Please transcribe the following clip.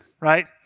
right